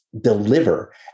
deliver